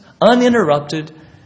uninterrupted